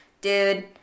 dude